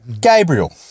Gabriel